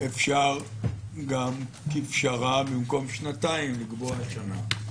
אפשר גם כפשרה במקום שנתיים לקבוע שנה.